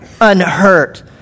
unhurt